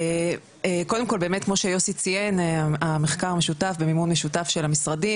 קודם כל באמת כמו שיוסי ציין המחקר משותף במימון משותף של המשרדים,